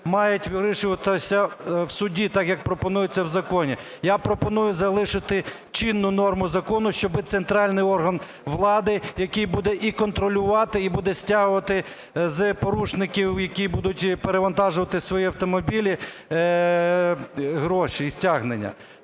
мають вирішуватися в суді, так, як пропонується в законі. Я пропоную залишити чинну норму закону, щоби центральний орган влади, який буде і контролювати, і буде стягувати з порушників, які будуть перевантажувати свої автомобілі, гроші і стягнення.